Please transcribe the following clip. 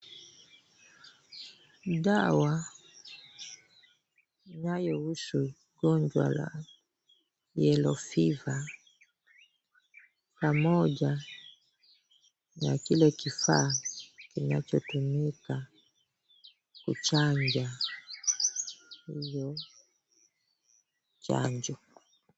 Ni dawa inayohusu ugonjwa la yellow fever pamoja na kile kifaa kinachotumika kuchanja hiyo chanjo.